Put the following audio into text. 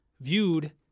viewed